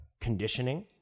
conditioning